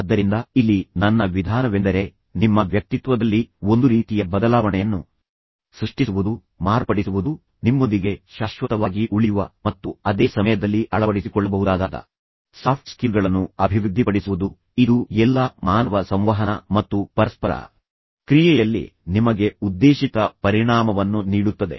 ಆದ್ದರಿಂದ ಇಲ್ಲಿ ನನ್ನ ವಿಧಾನವೆಂದರೆ ನಿಮ್ಮ ವ್ಯಕ್ತಿತ್ವದಲ್ಲಿ ಒಂದು ರೀತಿಯ ಬದಲಾವಣೆಯನ್ನು ಸೃಷ್ಟಿಸುವುದು ಮಾರ್ಪಡಿಸುವುದು ನಿಮ್ಮೊಂದಿಗೆ ಶಾಶ್ವತವಾಗಿ ಉಳಿಯುವ ಮತ್ತು ಅದೇ ಸಮಯದಲ್ಲಿ ಅಳವಡಿಸಿಕೊಳ್ಳಬಹುದಾದ ಸಾಫ್ಟ್ಸ್ಕಿಲ್ಗಳನ್ನು ಅಭಿವೃದ್ಧಿಪಡಿಸುವುದು ಇದು ಎಲ್ಲಾ ಮಾನವ ಸಂವಹನ ಮತ್ತು ಪರಸ್ಪರ ಕ್ರಿಯೆಯಲ್ಲಿ ನಿಮಗೆ ಉದ್ದೇಶಿತ ಪರಿಣಾಮವನ್ನು ನೀಡುತ್ತದೆ